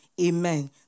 Amen